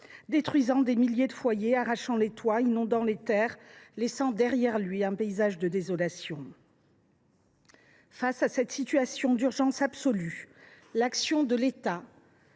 détruisant des milliers de foyers, arrachant les toits, inondant les terres, laissant un paysage de désolation derrière lui. Face à cette situation d’urgence absolue, l’action de l’État